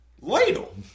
ladle